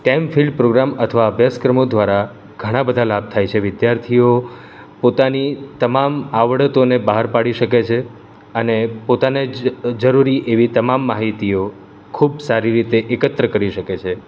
stem field programme અથવા અભ્યાસક્રમો દ્વારા ઘણા બધા લાભ થાય છે વિધાર્થીઓ પોતાની તમામ આવડતોને બહાર પાડી શકે છે અને પોતાને જરૂરી એવી તમામ માહિતીઓ ખૂબ સારી રીતે એકત્ર કરી શકે છે